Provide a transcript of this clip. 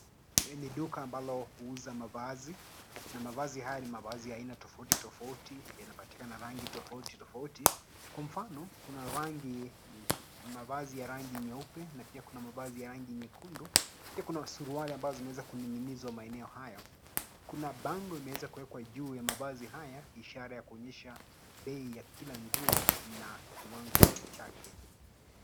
Hii ni duka ambalo huuza mavazi, na mavazi haya ni mavazi ya aina tofauti tofauti, yanapatikana rangi tofauti tofauti. Kwa mfano, kuna mavazi ya rangi nyeupe, na pia kuna mavazi ya rangi nyekundu. Pia kuna suruali ambazo zimeweza kuning'inizwa maeneo hayo. Kuna bango imeweza kuwekwa juu ya mavazi haya, ishara ya kuonyesha bei ya kila nguo na kiwango chake.